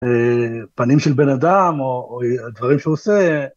פנים של בן אדם או הדברים שעושה.